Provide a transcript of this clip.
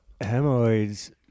Hemorrhoids